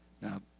Now